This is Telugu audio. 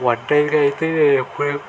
ఒంటరిగా అయితే ఎప్పుడు